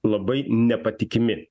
labai nepatikimi